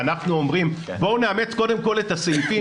ואנחנו אומרים בואו נאמץ קודם כל את הסעיפים